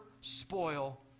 spoil